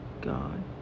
God